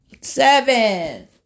Seven